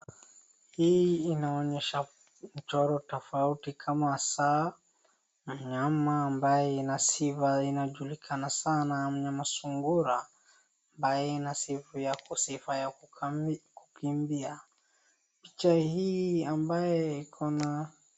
Hii inaonyesha mchoro tofauti, kama saa na mnyama ambaye ina sifa inajulikana sanaa mnyama sungura ambaye ina sifa ya kukimbia, picha hii ambaye iko na.